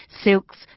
silks